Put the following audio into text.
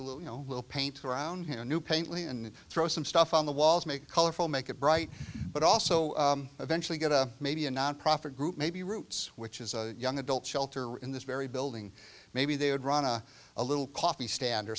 a little you know we'll paint around here new paint lee and throw some stuff on the walls make colorful make it bright but also eventually get a maybe a nonprofit group maybe roots which is a young adult shelter in this very building maybe they would run a a little coffee stand